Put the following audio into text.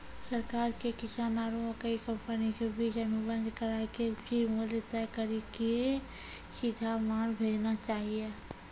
सरकार के किसान आरु मकई कंपनी के बीच अनुबंध कराय के उचित मूल्य तय कड़ी के सीधा माल भेजना चाहिए?